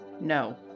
No